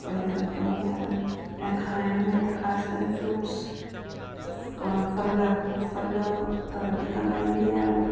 भई जरूअत पवंदी आहे त ऐं खायण में त ख़ासकरे फ़्रूट्स फ़ फ़ल फ़ल त वधीक खाईंदी आहियां मां